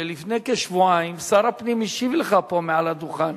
שלפני כשבועיים שר הפנים השיב פה מעל הדוכן,